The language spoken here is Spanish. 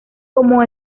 como